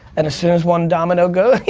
and as soon as one domino go, you